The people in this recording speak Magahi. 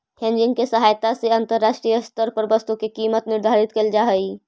हेजिंग के सहायता से अंतरराष्ट्रीय स्तर पर वस्तु के कीमत निर्धारित कैल जा हई